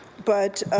but